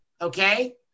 Okay